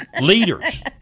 leaders